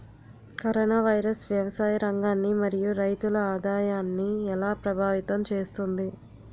Corona virus వ్యవసాయ రంగాన్ని మరియు రైతుల ఆదాయాన్ని ఎలా ప్రభావితం చేస్తుంది?